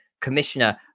Commissioner